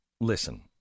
listen